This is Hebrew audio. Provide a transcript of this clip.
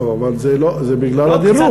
טוב, אבל זה בגלל הדירוג.